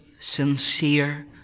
sincere